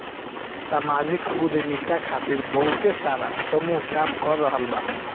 सामाजिक उद्यमिता खातिर बहुते सारा समूह काम कर रहल बा